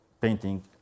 painting